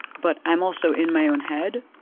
but i am also in my own head